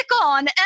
on